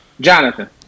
Jonathan